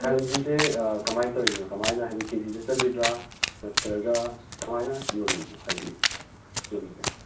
ꯊꯥꯡꯖꯤꯡꯁꯦ ꯀꯃꯥꯏꯅ ꯇꯧꯔꯤꯅꯣ ꯀꯃꯥꯏꯅ ꯍꯥꯏꯗꯤ ꯀꯦ ꯖꯤꯗ ꯆꯠꯂꯤꯕ꯭ꯔꯥ ꯅꯠꯇ꯭ꯔꯒ ꯀꯃꯥꯏꯅ ꯌꯣꯜꯂꯤꯅꯣ ꯍꯥꯏꯗꯤ ꯌꯣꯟꯕꯁꯦ